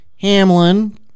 Hamlin